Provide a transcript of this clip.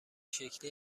شکلی